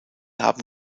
haben